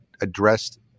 addressed